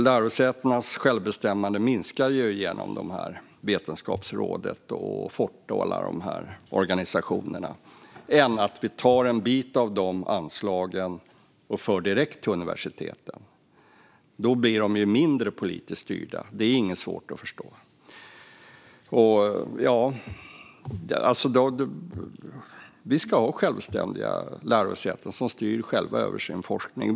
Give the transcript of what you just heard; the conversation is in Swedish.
Lärosätenas självbestämmande minskar genom Vetenskapsrådet, Forte och alla dessa organisationer. Vi kan ta en bit av de anslagen och föra direkt till universiteten. Då blir de mindre politiskt styrda. Det är inte svårt att förstå. Vi ska ha självständiga lärosäten som själva styr över sin forskning.